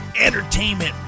entertainment